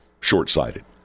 short-sighted